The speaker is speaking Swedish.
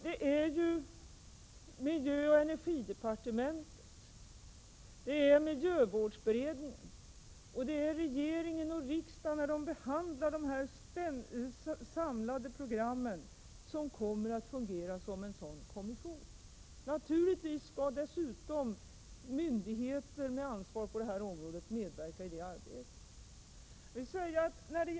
När miljöoch energidepartementet, miljövårdsberedningen, regeringen och riksdagen behandlar dessa samlade program kommer de att fungera som en sådan kommission. Myndigheter med ansvar på detta område skall naturligtvis också medverka i det arbetet.